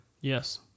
Yes